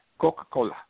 Coca-Cola